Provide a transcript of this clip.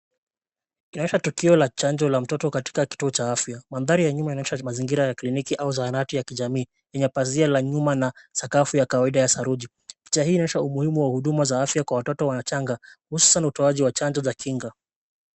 Inaonyesha tukio la chajo la mtoto katika kituo cha afya, mandhari ya nyuma inaonyesha mazingira ya kliniki au zahanati ya kijamii yenye pazia la nyuma na sakafu ya kawaida ya saruji. Picha hii inaonyesha umuhimu wa huduma za afya kwa watoto wachanga hususan utoaji wa chanjo za kinga.